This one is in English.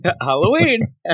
Halloween